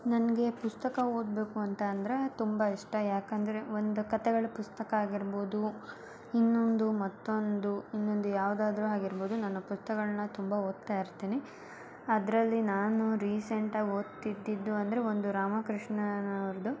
ನನಗೆ ಪುಸ್ತಕ ಓದಬೇಕು ಅಂತ ಅಂದರೆ ತುಂಬ ಇಷ್ಟ ಯಾಕಂದರೆ ಒಂದು ಕಥೆಗಳ ಪುಸ್ತಕ ಆಗಿರ್ಬೌದು ಇನ್ನೊಂದು ಮತ್ತೊಂದು ಇನ್ನೊಂದು ಯಾವುದಾದ್ರೂ ಆಗಿರ್ಬೌದು ನಾನು ಪುಸ್ತಕಗಳ್ನ ತುಂಬ ಓದ್ತಾ ಇರ್ತೀನಿ ಅದರಲ್ಲಿ ನಾನು ರೀಸೆಂಟ್ ಆಗಿ ಓದ್ತಿದ್ದಿದ್ದು ಅಂದರೆ ಒಂದು ರಾಮಕೃಷ್ಣನವ್ರದ್ದು